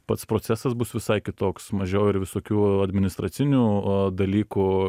pats procesas bus visai kitoks mažiau ir visokių administracinių dalykų